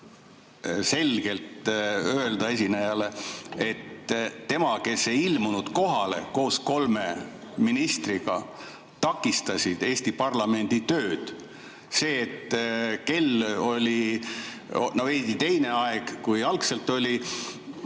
selgelt öelda esinejale, et tema, kes ei ilmunud kohale koos kolme ministriga, takistas Eesti parlamendi tööd. See, et kellaaeg oli veidi teine, kui algselt oli